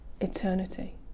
eternity